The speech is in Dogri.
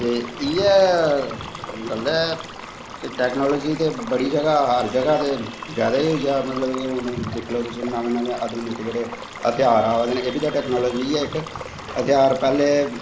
ते इयै गल्ल ऐ टैकनॉलजी ते बड़ी जादा हर जगाह् ते जादा गै होई दी ऐ नमें नमें अदुनिक दिक्खी लैओ तुस जेह्ड़े हथियार आए दे नै एह् बी ते टैकनॉलजी गै ऐ इक हथियार पैह्लैं